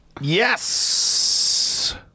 Yes